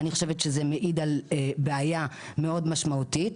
אני חושבת שזה מעיד על בעיה מאוד משמעותית.